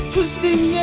Twisting